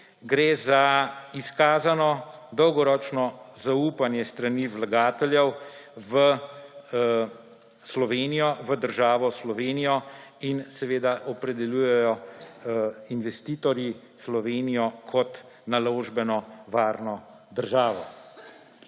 gre za izkazano dolgoročno zaupanje s strani vlagateljev v Slovenijo, v državo Slovenijo, in seveda opredeljujejo investitorji Slovenijo kot naložbeno varno državo.